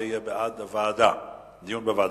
זה יהיה בעד דיון בוועדה,